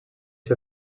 fer